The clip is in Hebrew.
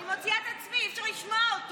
אני מוציאה את עצמי, אי-אפשר לשמוע אותו.